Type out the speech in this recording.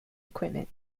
equipment